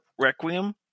Requiem